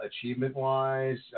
achievement-wise